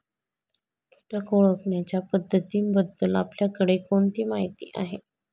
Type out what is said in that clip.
कीटक ओळखण्याच्या पद्धतींबद्दल आपल्याकडे कोणती माहिती आहे?